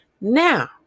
now